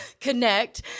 connect